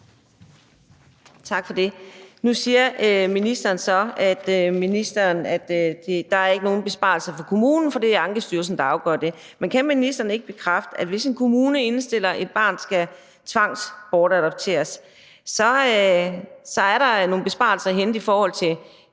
Tak for det. Nu siger ministeren så, at der ikke er nogen besparelser for kommunen, for det er Ankestyrelsen, der afgør det. Men kan ministeren ikke bekræfte, at hvis en kommune indstiller, at et barn skal tvangsbortadopteres, så er der nogle besparelser at hente i forhold til